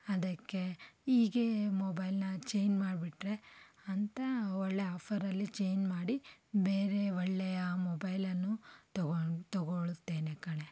ಅದಕ್ಕೆ ಈಗೇ ಈ ಮೊಬೈಲನ್ನು ಚೇಂಜ್ ಮಾಡ್ಬಿಟ್ರೆ ಅಂತ ಒಳ್ಳೆ ಆಫ಼ರಲ್ಲಿ ಚೇಂಜ್ ಮಾಡಿ ಬೇರೆ ಒಳ್ಳೆಯ ಮೊಬೈಲನ್ನು ತೊಗೊಂಡು ತೊಗೊಳ್ಳುತ್ತೇನೆ ಕಣೆ